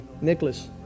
Nicholas